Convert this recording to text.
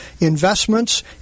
Investments